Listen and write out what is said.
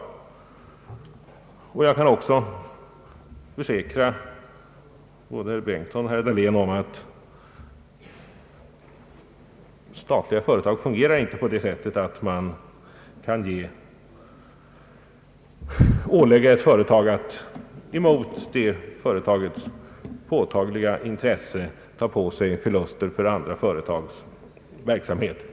Jag kan också försäkra både herr Bengtson och herr Dahlén om att statliga företag fungerar inte på det sättet att man kan ålägga ett företag att mot det företagets påtagliga intresse ta på sig förluster för andra företags verksamhet.